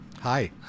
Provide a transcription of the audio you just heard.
Hi